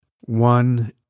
One